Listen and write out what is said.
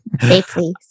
Safely